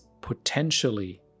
potentially